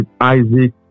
Isaac